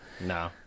No